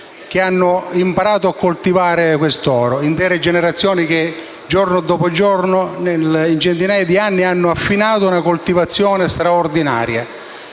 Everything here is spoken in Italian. che hanno imparato a coltivare quest'oro. Intere generazioni che, giorno dopo giorno, nel corso di centinaia di anni hanno affinato una coltivazione straordinaria.